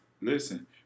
listen